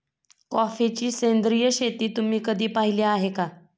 कॉफीची सेंद्रिय शेती तुम्ही कधी पाहिली आहे का?